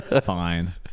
fine